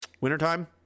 Wintertime